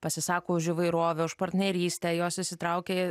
pasisako už įvairovę už partnerystę jos įsitraukia